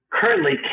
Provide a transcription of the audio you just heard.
currently